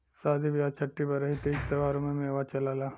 सादी बिआह छट्ठी बरही तीज त्योहारों में मेवा चलला